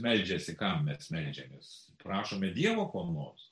meldžiasi kam mes meldžiamės prašome dievo ko nors